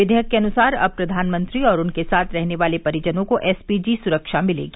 विधेयक के अनुसार अब प्रधानमंत्री और उनके साथ रहने वाले परिजनों को एसपीजी सुरक्षा मिलेगी